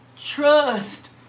Trust